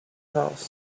house